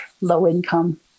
low-income